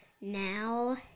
now